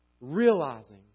Realizing